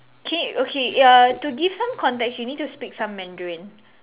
K okay ya err to give some context you need to speak some Mandarin